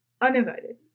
Uninvited